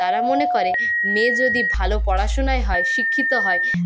তারা মনে করে মেয়ে যদি ভালো পড়াশোনায় হয় শিক্ষিত হয়